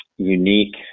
unique